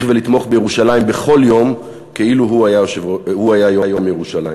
לתמוך בירושלים בכל יום כאילו הוא היה יום ירושלים.